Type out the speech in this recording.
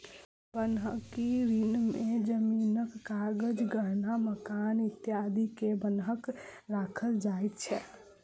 बन्हकी ऋण में जमीनक कागज, गहना, मकान इत्यादि के बन्हक राखल जाय छै